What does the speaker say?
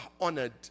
honored